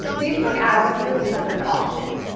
facebook ads appear because of an auction.